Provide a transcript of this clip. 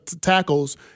tackles